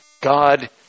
God